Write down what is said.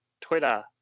Twitter